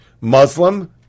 Muslim